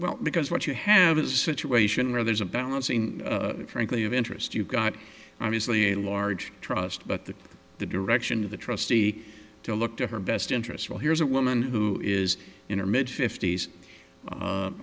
well because what you have a situation where there's a balancing frankly of interest you've got obviously a large trust but the the direction of the trustee to look to her best interests well here's a woman who is in her mid fift